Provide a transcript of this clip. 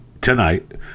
tonight